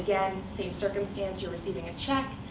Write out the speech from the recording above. again, same circumstance, you're receiving a check.